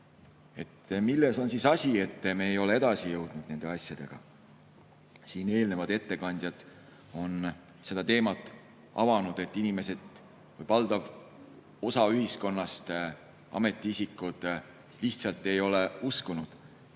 Milles on asi, et me ei ole edasi jõudnud nende asjadega? Siin eelnevad ettekandjad on seda teemat avanud, et inimesed või valdav osa ühiskonnast, ametiisikud lihtsalt ei ole uskunud,